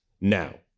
Now